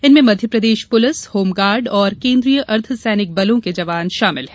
इनमें Madhya Pradesh police home guard केन्द्रीय अर्द्वसैनिक बलों के जवान शामिल हैं